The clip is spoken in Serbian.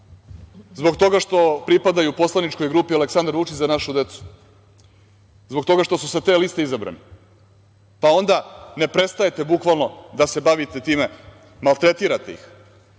zbog toga što pripadaju poslaničkoj grupi Aleksandar Vučić – Za našu decu, zbog toga što su sa te liste izabrani, pa onda ne prestajete bukvalno da se bavite time, maltretirate ih.